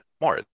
more